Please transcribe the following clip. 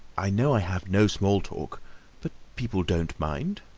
i know i have no small talk but people don't mind.